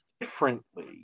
differently